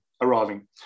arriving